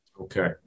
Okay